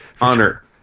Honor